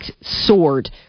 soared